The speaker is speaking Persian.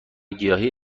گیاهی